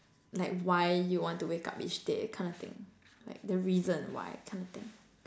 like why you want to wake up each day kind of thing like the reason why kind of thing